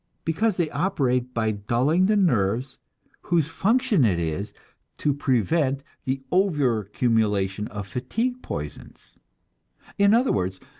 because they operate by dulling the nerves whose function it is to prevent the over-accumulation of fatigue poisons in other words,